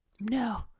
No